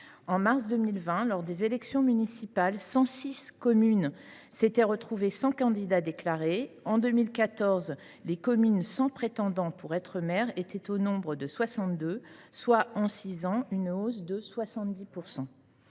En mars 2020, lors des élections municipales, 106 communes s’étaient retrouvées sans candidat déclaré. En 2014, les communes sans prétendant à la fonction de maire étaient au nombre de 62, soit une hausse de 70